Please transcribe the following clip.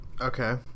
Okay